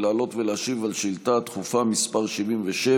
לעלות ולהשיב על שאילתה דחופה מס' 77,